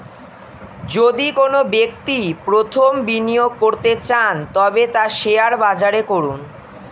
যদি কোনো ব্যক্তি প্রথম বিনিয়োগ করতে চান তবে তা শেয়ার বাজারে করুন